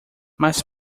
mas